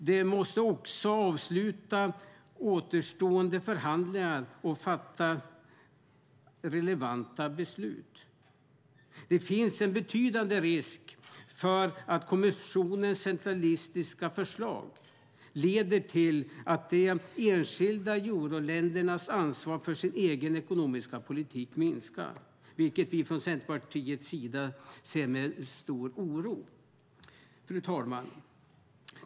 De måste också avsluta återstående förhandlingar och fatta relevanta beslut. Det finns en betydande risk för att kommissionens centralistiska förslag leder till att de enskilda euroländernas ansvar för sin egen ekonomiska politik minskar, vilket Centerpartiet ser med stor oro på. Fru talman!